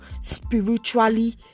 spiritually